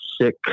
sick